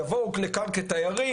יבואו לכאן כתיירים,